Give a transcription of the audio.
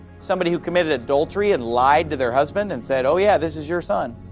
somebody who committed adultery and lied to their husband and said, oh, yeah, this is your son,